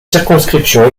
circonscription